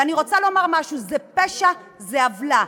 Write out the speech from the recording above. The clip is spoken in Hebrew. ואני רוצה לומר משהו, זה פשע, זו עוולה.